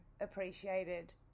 appreciated